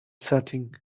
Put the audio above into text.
setting